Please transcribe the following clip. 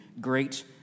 great